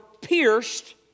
pierced